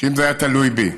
שאם זה היה תלוי בי,